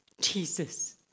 Jesus